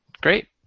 Great